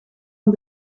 een